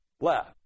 left